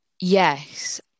yes